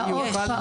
פעוט.